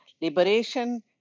liberation